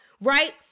right